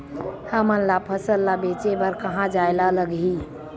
हमन ला फसल ला बेचे बर कहां जाये ला लगही?